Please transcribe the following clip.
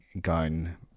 gun